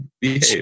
behave